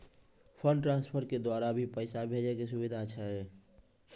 Fund transfer के द्वारा भी पैसा भेजै के सुविधा छै?